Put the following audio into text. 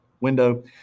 window